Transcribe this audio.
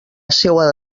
seua